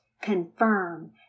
confirm